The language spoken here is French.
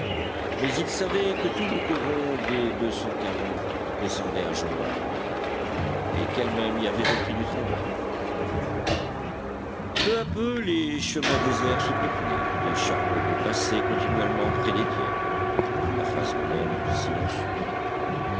mais il savait que tout le coron des deux cent quarante descendait à jean bart maintenant et qu'elle-même y avait repris du travail peu à peu les chemins déserts se peuplaient des charbonniers passaient continuellement près d'étienne la face blême silencieux